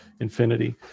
infinity